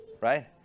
right